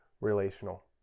relational